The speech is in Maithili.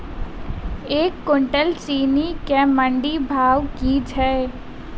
एक कुनटल चीनी केँ मंडी भाउ की छै?